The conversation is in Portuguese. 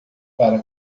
para